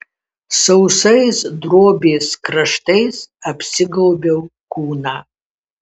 sausais drobės kraštais apsigaubiau kūną